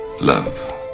Love